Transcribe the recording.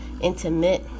intimate